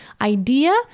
idea